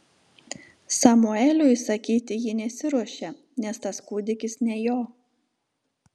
samueliui sakyti ji nesiruošė nes tas kūdikis ne jo